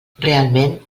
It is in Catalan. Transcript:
realment